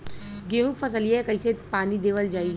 गेहूँक फसलिया कईसे पानी देवल जाई?